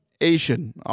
Asian